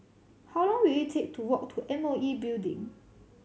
how long will it take to walk to M O E Building